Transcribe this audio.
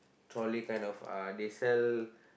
trolley kind of uh they sell